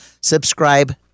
Subscribe